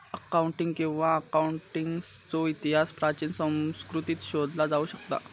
accounting किंवा अकाउंटन्सीचो इतिहास प्राचीन संस्कृतींत शोधला जाऊ शकता